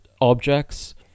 objects